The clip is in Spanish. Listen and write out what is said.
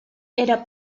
era